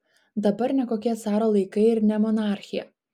dabar ne kokie caro laikai ir ne monarchija